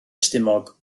stumog